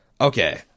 Okay